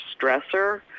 stressor